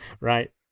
Right